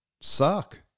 suck